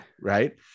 right